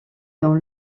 dans